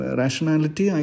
rationality